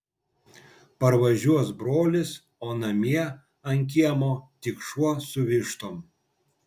parvažiuos brolis o namie ant kiemo tik šuo su vištom